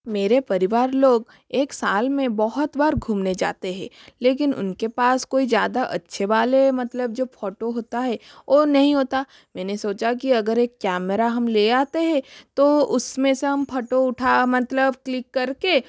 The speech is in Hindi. मेरे परिवार लोग एक साल में बहुत बार घूमने जाते है लेकिन उनके पास कोई ज़्यादा अच्छे वाले मतलब जो फोटो होता है वो नहीं होता मैंने सोचा कि अगर एक कैमरा हम ले आते है तो उसमें से हम फोटो उठा मतलब क्लिक कर के